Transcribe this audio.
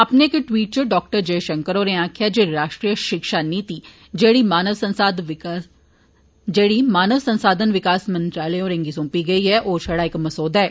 अपने इक ट्विट इच डाक्टर जयशंकर होरें आक्खेया जे राष्ट्रीय शिक्षा नीति जेड़ी मानव संसाधन विकास मंत्री होरेंगी सौंपी गेई ऐ ओ छड़ा इक मसौदा ऐ